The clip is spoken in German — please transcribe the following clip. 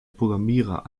programmierer